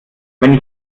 wenn